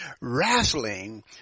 wrestling